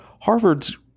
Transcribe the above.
Harvard's